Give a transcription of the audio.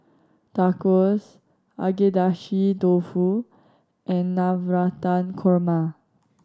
Tacos Agedashi Dofu and Navratan Korma